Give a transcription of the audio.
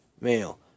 Male